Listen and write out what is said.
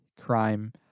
crime